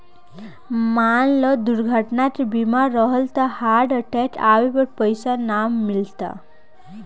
मान ल दुर्घटना के बीमा रहल त हार्ट अटैक आवे पर पइसा ना मिलता